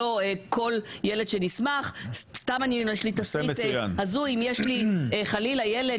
כלומר, לפני שנתניהו צריך להחזיר 270 אלף דולר.